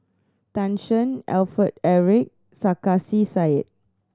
Tan Shen Alfred Eric Sarkasi Said